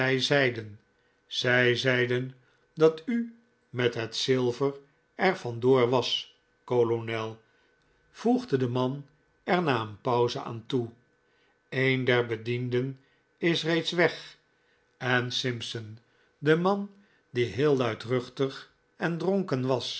zeiden zij zeiden dat u met het zilver er vandoor was kolonel voegde de man er na een pauze aan toe een der bedienden is reeds weg en simpson de man die heel luidruchtig en dronken was